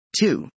two